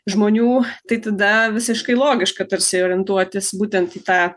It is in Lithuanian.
žmonių tai tada visiškai logiška tarsi orientuotis būtent į tą